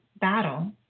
battle